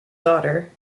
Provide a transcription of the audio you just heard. daughter